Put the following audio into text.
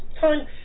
time